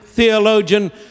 Theologian